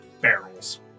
barrels